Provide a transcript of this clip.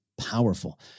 powerful